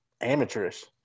amateurish